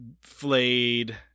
flayed